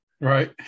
Right